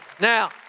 Now